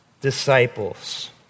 disciples